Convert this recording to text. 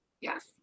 yes